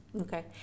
Okay